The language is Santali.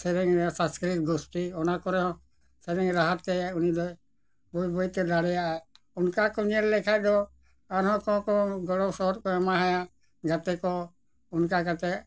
ᱥᱮᱨᱮᱧ ᱨᱮ ᱥᱟᱥᱠᱨᱤᱛ ᱜᱳᱥᱴᱤ ᱚᱱᱟ ᱠᱚᱨᱮ ᱦᱚᱸ ᱥᱮᱨᱮᱧ ᱨᱟᱦᱟᱛᱮ ᱩᱱᱤ ᱫᱚ ᱵᱟᱹᱭ ᱵᱟᱹᱭᱛᱮ ᱫᱟᱲᱮᱭᱟᱜᱼᱟᱭ ᱚᱱᱠᱟ ᱠᱚ ᱧᱮᱞ ᱞᱮᱠᱷᱟᱱ ᱫᱚ ᱟᱨᱦᱚᱸ ᱠᱚᱦᱚᱸ ᱠᱚ ᱜᱚᱲᱚ ᱥᱚᱦᱚᱫ ᱠᱚ ᱮᱢᱟᱦᱟᱭᱟ ᱜᱟᱛᱮ ᱠᱚ ᱚᱱᱠᱟ ᱠᱟᱛᱮᱫ